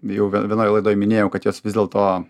jau vienoj laidoj minėjau kad jos vis dėlto